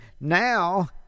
now